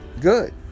good